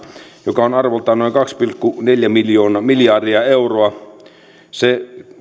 joka on arvoltaan noin kaksi pilkku neljä miljardia euroa